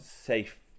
safe